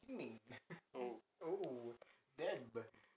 oh